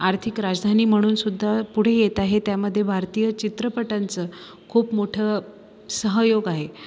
आर्थिक राजधानी म्हणून सुद्धा पुढे येत आहे त्यामधे भारतीय चित्रपटांचं खूप मोठं सहयोग आहे